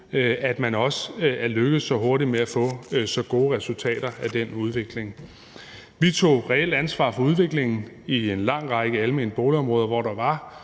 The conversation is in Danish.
at man også er lykkedes så hurtigt med at få så gode resultater i den udvikling. Vi tog reelt ansvar for udviklingen i en lang række almene boligområder, hvor der var